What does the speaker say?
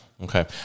Okay